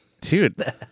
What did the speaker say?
Dude